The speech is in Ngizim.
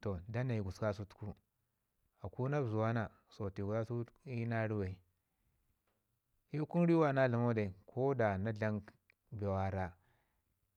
toh danai gususku kasau da ku na bəzi wana so tai gususku ka sau iyu na ruwai i kun ruwe wara na dlamau ko da na dlam bee wara